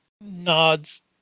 nods